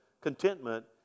contentment